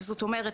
זאת אומרת,